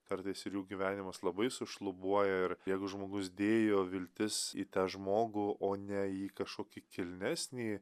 kartais ir jų gyvenimas labai sušlubuoja ir jeigu žmogus dėjo viltis į tą žmogų o ne į kašokį kilnesnį